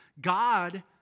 God